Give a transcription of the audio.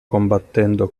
combattendo